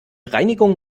reinigung